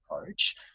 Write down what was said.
approach